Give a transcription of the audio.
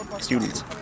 students